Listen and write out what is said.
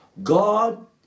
God